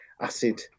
acid